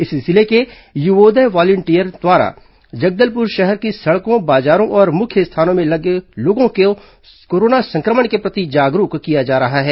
इसी जिले के युवोदय वॉलिंटियरों के द्वारा जगदलपुर शहर की सड़कों बाजारों और मुख्य स्थानों में लोगों को कोरोना संक्रमण के प्रति जागरूक किया जा रहा है